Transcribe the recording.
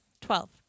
twelve